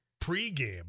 pre-game